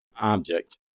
object